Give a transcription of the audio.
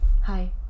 hi